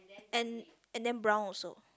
and and then brown also